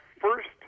first